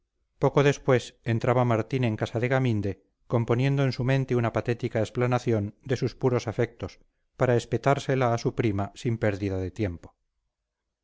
poco después entraba martín en casa de gaminde componiendo en su mente una patética explanación de sus puros afectos para espetársela a su prima sin pérdida de tiempo